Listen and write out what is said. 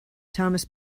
thomas